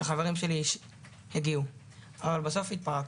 שהחברים שלי הגיעו, אבל בסוף התפרקתי.